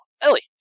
Ellie